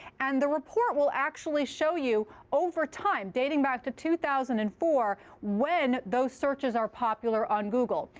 and the report will actually show you over time, dating back to two thousand and four, when those searches are popular on google.